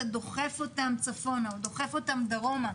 ברגע שאתה דוחף אותם צפונה או דוחף אותם דרומה,